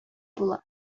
була